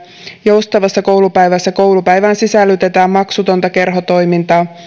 joustavassa koulupäivässä koulupäivään sisällytetään maksutonta kerhotoimintaa